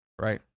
right